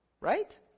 Right